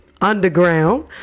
underground